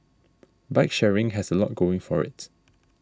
bike sharing has a lot going for it